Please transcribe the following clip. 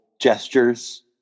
gestures